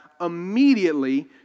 immediately